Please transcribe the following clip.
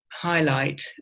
highlight